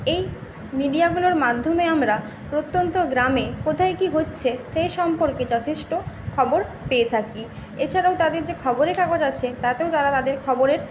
এই মিডিয়াগুলোর মাধ্যমে আমরা প্রত্যন্ত গ্রামে কোথায় কী হচ্ছে সে সম্পর্কে যথেষ্ট খবর পেয়ে থাকি এছাড়াও তাদের যে খবরের কাগজ আছে তাতেও তারা তাদের খবরের